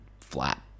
flat